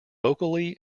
vocally